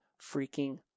freaking